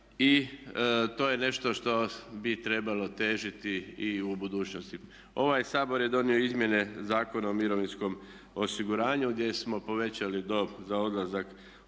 i to je nešto što bi trebalo težiti i u budućnosti. Ovaj Sabor je donio izmjene Zakona o mirovinskom osiguranju gdje smo povećali dob za odlazak